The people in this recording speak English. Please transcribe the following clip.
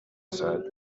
said